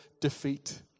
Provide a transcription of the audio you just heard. defeat